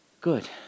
good